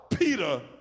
Peter